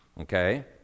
okay